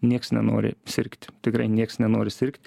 nieks nenori sirgt tikrai nieks nenori sirgt